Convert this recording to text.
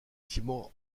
timor